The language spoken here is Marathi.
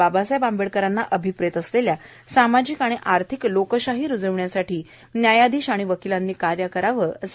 बाबासाहेब आंबेडकरांना अभिप्रेत असलेल्या सामाजिक आणि आर्थिक लोकशाही रूजविण्यासाठी न्यायाधीश आणि वकीलांनी कार्य करावे